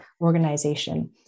organization